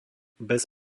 bez